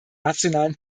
nationalen